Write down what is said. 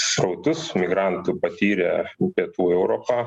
srautus migrantų patyrė pietų europa